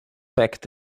packed